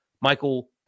Michael